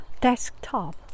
desktop